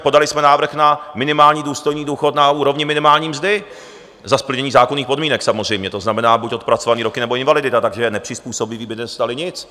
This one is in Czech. Podali jsme návrh na minimální důstojný důchod na úrovni minimální mzdy za splnění zákonných podmínek samozřejmě, to znamená buď odpracované roky, nebo invalidita, takže nepřizpůsobiví by nedostali nic.